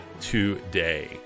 today